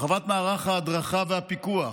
הרחבת מערך ההדרכה והפיקוח: